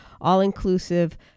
all-inclusive